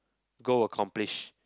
go accomplish